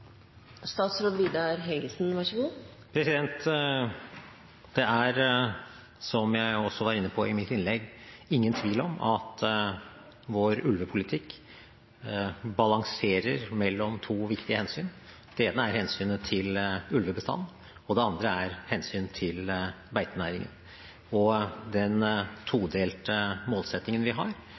Det er, som jeg også var inne på i mitt innlegg, ingen tvil om at vår ulvepolitikk balanserer mellom to viktige hensyn. Det ene er hensynet til ulvebestanden, og det andre er hensynet til beitenæringen. Den todelte målsettingen vi har,